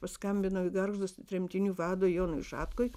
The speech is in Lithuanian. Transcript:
paskambinau į gargždus tremtinių vadui jonui šatkui